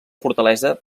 fortalesa